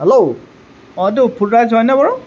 hello অ এইটো food rice হয়নে বাৰু